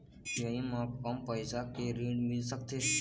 UPI म कम पैसा के ऋण मिल सकथे?